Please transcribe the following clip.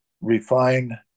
refine